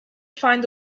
find